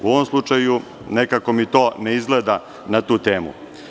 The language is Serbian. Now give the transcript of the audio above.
U ovom slučaju nekako mi to ne izgleda na tu temu.